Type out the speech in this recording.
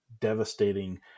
devastating